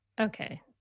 Okay